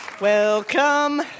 Welcome